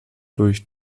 durch